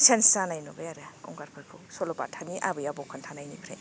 सेन्च जानाय नुबाय आरो गंगारफोरखौ सल'बाथानि आबै आबौ खोन्थानायनिफ्राय